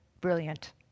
brilliant